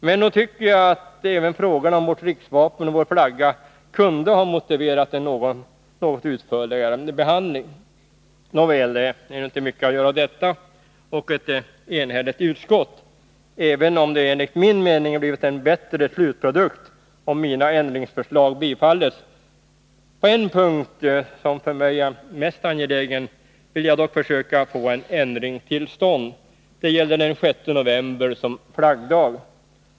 Men jag tycker att även frågorna om vårt riksvapen och vår flagga kunde ha motiverat en något utförligare behandling. Nåväl, det är nu inte mycket att göra åt detta mot ett enhälligt utskott, även om det enligt min mening blivit en bättre slutprodukt om mina ändringsförslag hade bifallits. På en punkt, som för mig är mest angelägen, vill jag dock försöka att få en ändring till stånd. Det gäller den 6 november som flaggdag.